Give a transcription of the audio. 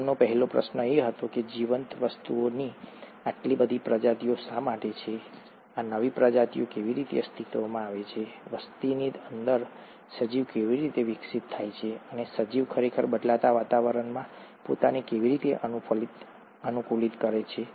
તેમનો પહેલો પ્રશ્ન એ હતો કે જીવંત વસ્તુઓની આટલી બધી પ્રજાતિઓ શા માટે છે આ નવી પ્રજાતિઓ કેવી રીતે અસ્તિત્વમાં આવે છે વસ્તીની અંદર સજીવ કેવી રીતે વિકસિત થાય છે અને સજીવ ખરેખર બદલાતા વાતાવરણમાં પોતાને કેવી રીતે અનુકૂલિત કરે છે